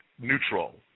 neutral